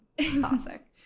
Classic